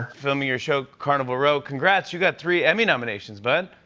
filming your show carnival row. congrats. you got three emmy nominations, bud.